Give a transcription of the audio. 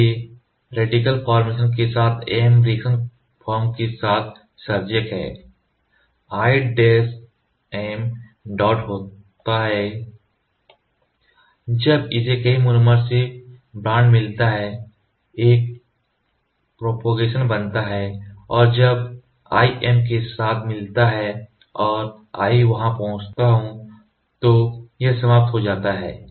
इसलिए free radical formation के साथ M रिएक्शन फॉर्म के साथ सर्जक है I M डॉट होता है जब इसे कई मोनोमर्स से बॉन्ड मिलता है एक प्रॉपेगेशन बनता है और जब I M के साथ मिलता है और I वहां पहुंचता हूं तो यह समाप्त हो जाता है